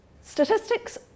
Statistics